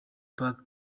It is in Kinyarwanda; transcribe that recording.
park